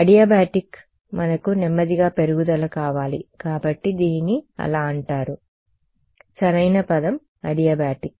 adiabatic మనకు నెమ్మదిగా పెరుగుదల కావాలి కాబట్టి దీనిని అలా అంటారు సరైన పదం అడియాబాటిక్